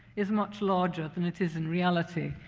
is much larger than it is in reality.